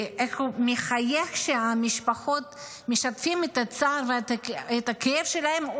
כי איך הוא מחייך כשהמשפחות משתפות את הצער ואת הכאב שלהן,